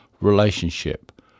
relationship